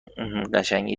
قشنگی